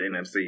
NFC